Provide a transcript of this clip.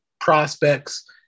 prospects